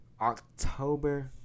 October